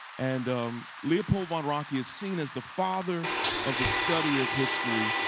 and leopold von ranke is seen as the father of the study of history.